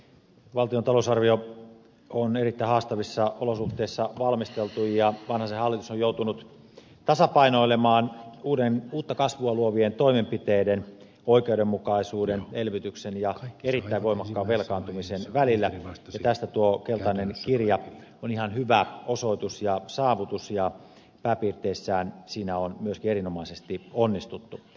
valtion talousarvio on erittäin haastavissa olosuhteissa valmisteltu ja vanhasen hallitus on joutunut tasapainoilemaan uutta kasvua luovien toimenpiteiden oikeudenmukaisuuden elvytyksen ja erittäin voimakkaan velkaantumisen välillä ja tästä tuo keltainen kirja on ihan hyvä osoitus ja saavutus ja pääpiirteissään siinä on myöskin erinomaisesti onnistuttu